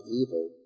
evil